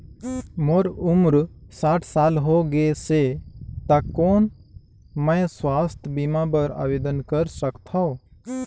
मोर उम्र साठ साल हो गे से त कौन मैं स्वास्थ बीमा बर आवेदन कर सकथव?